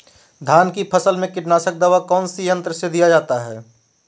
धान की फसल में कीटनाशक दवा कौन सी यंत्र से दिया जाता है?